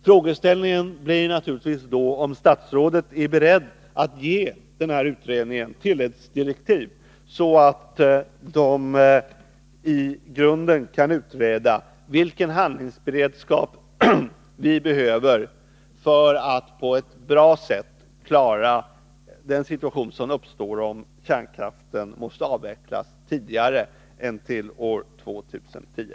Frågeställningen blir naturligtvis då, om statsrådet är beredd att ge utredningen sådana tilläggsdirektiv att den i grunden kan utreda vilken handlingsberedskap vi behöver för att på ett bra sätt handskas med den situation som uppstår, om kärnkraften skall avvecklas tidigare än till år 2010.